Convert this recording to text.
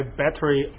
battery